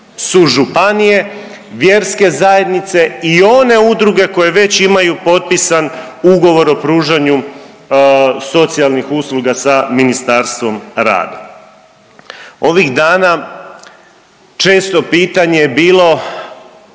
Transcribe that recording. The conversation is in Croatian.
su županije, vjerske zajednice i one udruge koje već imaju potpisan ugovor o pružanju socijalnih usluga sa Ministarstvom rada. Ovih dana često pitanje je bilo